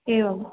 एवं